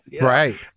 Right